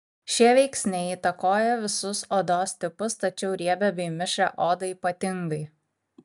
šie veiksniai įtakoja visus odos tipus tačiau riebią bei mišrią odą ypatingai